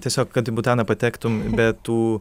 tiesiog kad į butaną patektum be tų